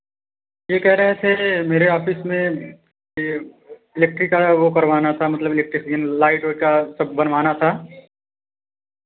यह कह रहे थे मेरे ऑफिस में यह इलेक्ट्रिकल वह करवाना था मतलब इलेक्ट्रीशियन लाइट वाईट का सब बनवाना था